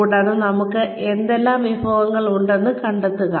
കൂടാതെ നമുക്ക് എന്തെല്ലാം വിഭവങ്ങൾ ഉണ്ടെന്ന് കണ്ടെത്തുക